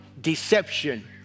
deception